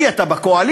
כי אתה בקואליציה,